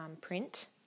print